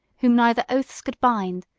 whom neither oaths could bind,